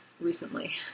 recently